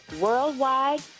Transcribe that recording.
worldwide